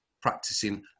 practicing